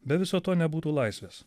be viso to nebūtų laisvės